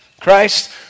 Christ